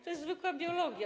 To jest zwykła biologia.